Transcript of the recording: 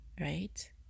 right